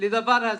לדבר הזה.